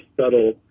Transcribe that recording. subtle